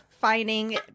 finding